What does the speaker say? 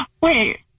wait